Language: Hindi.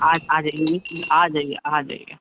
आज आ जाइए जी आ जाइए आ जाइए